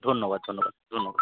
ধন্যবাদ ধন্যবাদ ধন্যবাদ